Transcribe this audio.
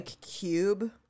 cube